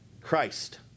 Christ